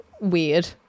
weird